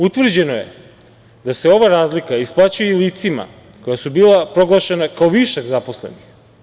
Utvrđeno je da se ova razlika isplaćuje i licima koja su bila proglašena kao višak zaposlenih.